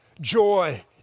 Joy